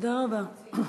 תודה רבה.